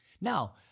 Now